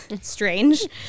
strange